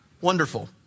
Wonderful